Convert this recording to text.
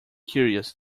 curious